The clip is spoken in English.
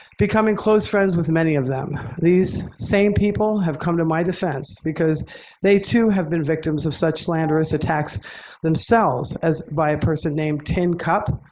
becoming close friends with many of them. these same people have come to my defense because they too have been victims of such slanderous attacks themselves as by a person named tin cup,